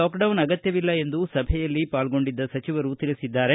lockdown ಅಗತ್ಯವಿಲ್ಲ ಎಂದು ಸಭೆಯಲ್ಲಿ ಪಾಲ್ಗೊಂಡಿದ್ದ ಸಚಿವರು ತಿಳಿಸಿದ್ದಾರೆ